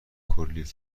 کلی